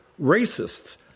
racists